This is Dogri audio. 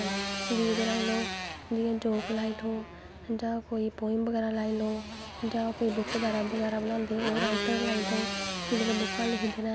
अज्ज कल पैह्लैं ते इक्को होंदा अज्ज कल इक मशीन होंदा ऐ मतलव बड़ी सफाई आंदी ऐ दुई होंदी ऐ कि प्यारी जेही मशीन ऐ